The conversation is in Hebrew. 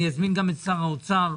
אני אזמין גם את שר האוצר.